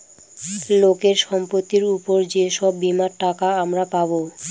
লোকের সম্পত্তির উপর যে সব বীমার টাকা আমরা পাবো